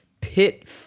pit